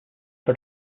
for